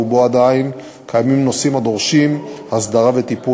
ועדיין קיימים בו נושאים הדורשים הסדרה וטיפול.